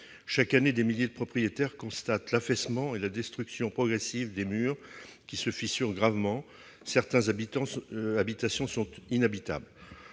Chaque année, des milliers de propriétaires constatent l'affaissement et la déstructuration progressive des murs qui se fissurent gravement, rendant impossible